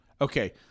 Okay